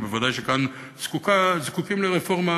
וודאי שכאן זקוקים לרפורמה,